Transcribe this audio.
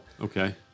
okay